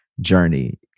journey